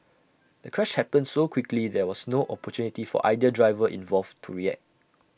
the crash happened so quickly there was no opportunity for either driver involved to react